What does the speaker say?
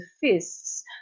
fists